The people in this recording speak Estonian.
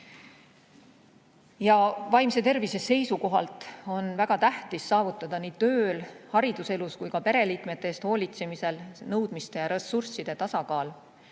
Vaimse tervise seisukohalt on väga tähtis saavutada nii tööl, hariduselus kui ka pereliikmete eest hoolitsemisel nõudmiste ja ressursside tasakaal.